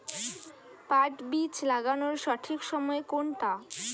পাট বীজ লাগানোর সঠিক সময় কোনটা?